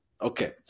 Okay